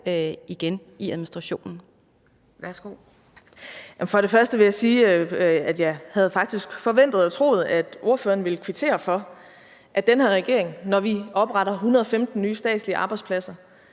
indenrigsministeren (Astrid Krag): For det første vil jeg sige, at jeg faktisk havde forventet og troet, at ordføreren ville kvittere for, at vi, når den her regering opretter 115 nye statslige arbejdspladser,